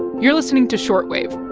you're listening to short wave